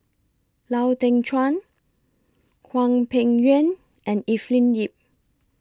Lau Teng Chuan Hwang Peng Yuan and Evelyn Lip